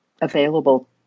available